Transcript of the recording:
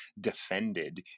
defended